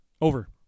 Over